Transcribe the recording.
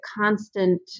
constant